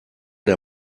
der